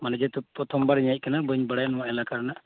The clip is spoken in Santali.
ᱡᱮᱦᱮᱛᱩ ᱯᱨᱚᱛᱷᱚᱢ ᱵᱟᱨᱤᱧ ᱦᱮᱡ ᱠᱟᱱᱟ ᱵᱟᱹᱧ ᱵᱟᱲᱟᱭᱟ ᱱᱚᱶᱟ ᱮᱞᱟᱠᱟ ᱨᱮᱱᱟᱜ